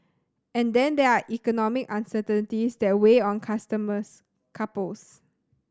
and then there are economic uncertainties that weigh on customers couples